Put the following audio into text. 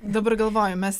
dabar galvoju mes